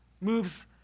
moves